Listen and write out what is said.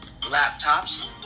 laptops